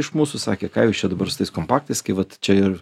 iš mūsų sakė ką jūs čia dabar su tais kompaktais kai vat čia ir